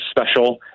special